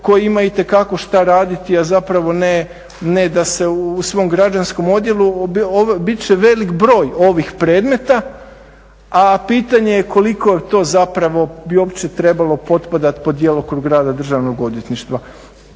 koje ima itekako šta raditi, a zapravo ne da se u svom građanskom odjelu. Bit će velik broj ovih predmeta, a pitanje je koliko to zapravo bi uopće trebalo potpadati pod djelokrug rada Državnog odvjetništva.